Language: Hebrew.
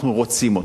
אנחנו רוצים אותה.